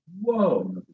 Whoa